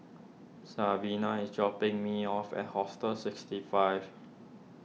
Sabina is dropping me off at Hostel sixty five